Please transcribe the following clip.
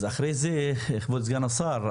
אז אחרי זה כבוד סגן השר,